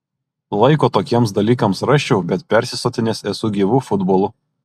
laiko tokiems dalykams rasčiau bet persisotinęs esu gyvu futbolu